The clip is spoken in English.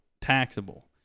taxable